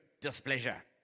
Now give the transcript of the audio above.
displeasure